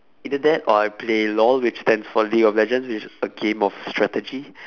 either that or I play LOL which stands for league of legends which is a game of strategy